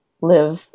live